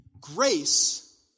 Grace